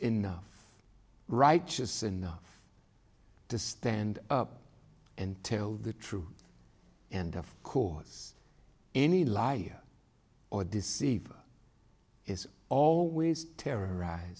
enough righteous enough to stand up and tell the truth and of course any lie or deceive is always terrorize